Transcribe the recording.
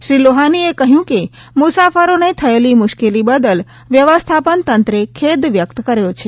શ્રી લોહાનીએ કહયું કે મુસાફરોને થયેલી મુશ્કેલી બદલ વ્યવસ્થાપન તંત્રે ખેદ વ્યકત કર્યો છે